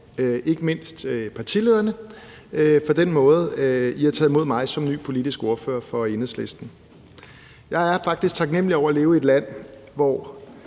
ikke mindst partilederne, for den måde, I har taget imod mig som ny politisk ordfører for Enhedslisten på. Jeg er faktisk taknemlig over at leve i et land, hvor